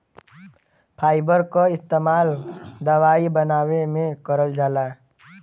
fibre क इस्तेमाल दवाई बनावे में करल जाला